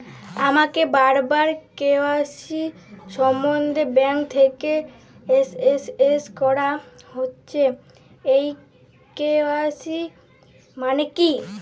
আমাকে বারবার কে.ওয়াই.সি সম্বন্ধে ব্যাংক থেকে এস.এম.এস করা হচ্ছে এই কে.ওয়াই.সি মানে কী?